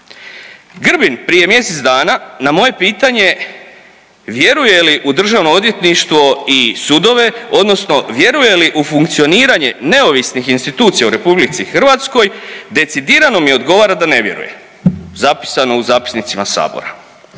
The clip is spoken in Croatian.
Grbin prije mjesec dana na moje pitanje vjeruje li u državno odvjetništvo i sudove odnosno vjeruje li u funkcioniranje neovisnih institucija u RH decidirano mi odgovara da ne vjeruje, zapisano u zapisnicima sabora.